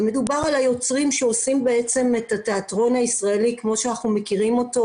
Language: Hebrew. ומדובר על היוצרים שעושים את התיאטרון הישראלי כמו שאנחנו מכירים אותו,